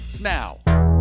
now